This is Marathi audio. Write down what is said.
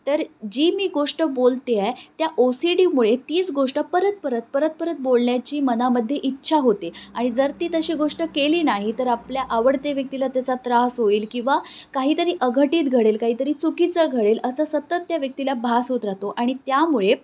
तर जी मी गोष्ट बोलते आहे त्या ओ सी डीमुळे तीच गोष्ट परत परत परत परत बोलण्याची मनामध्ये इच्छा होते आणि जर ती तशी गोष्ट केली नाही तर आपल्या आवडते व्यक्तीला त्याचा त्रास होईल किंवा काहीतरी अघटित घडेल काहीतरी चुकीचं घडेल असं सतत त्या व्यक्तीला भास होत राहतो आणि त्यामुळे